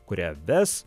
kurią ves